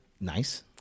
Nice